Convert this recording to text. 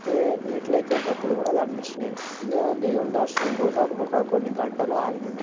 అయితే మెట్లు ఎక్కేటప్పుడు కూడా కనిపించాయి ఇక దేవుని దర్శనం కోసం ఒక కొన్ని గంటలు ఆగి ఉండే